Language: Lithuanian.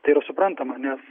tai yra suprantama nes